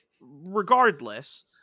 regardless